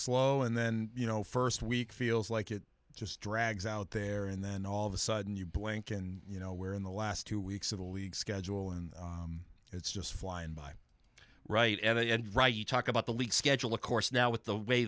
slow and then you know first week feels like it just drags out there and then all of a sudden you blink and you know we're in the last two weeks of the league schedule and it's just flying by right and right you talk about the league schedule of course now with the way